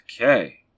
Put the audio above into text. Okay